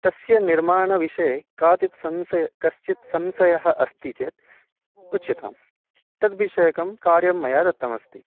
तस्य निर्माणविषये काचित् संशयः कश्चन संशयः अस्ति चेत् उच्यतां तद्विषयकं कार्यं मया दत्तं अस्ति